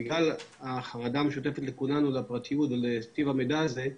בגלל החרדה המשותפת לכולנו לפרטיות ולטיב המידע הזה,